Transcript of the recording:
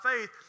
faith